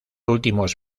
últimos